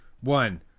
one